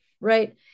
right